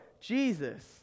Jesus